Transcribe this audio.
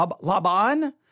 Laban